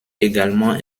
également